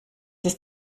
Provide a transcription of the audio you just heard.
ist